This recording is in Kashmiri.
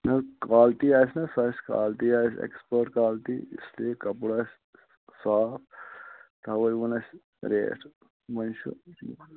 نہَ حظ کالٹی آسہِ نا سۅ آسہِ کالٹی آسہِ ایٚکسپٲرٹ کالٹی اِسلیے کَپُر آسہِ صاف تَوَے ووٚن اَسہِ ریٚٹ وۅنۍ چھُ یہِ